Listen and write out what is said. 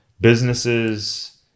Businesses